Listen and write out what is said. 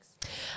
thanks